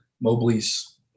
Mobley's